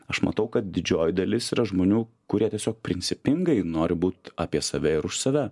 aš matau kad didžioji dalis yra žmonių kurie tiesiog principingai nori būt apie save ir už save